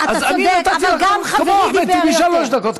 אז אני נתתי לך כמו אחמד טיבי, שלוש דקות.